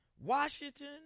Washington